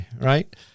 right